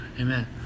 Amen